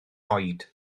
oed